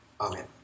Amen